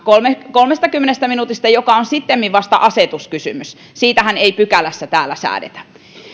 kolmestakymmenestä minuutista joka on sittemmin vasta asetuskysymys siitähän ei pykälässä täällä säädetä